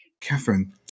Catherine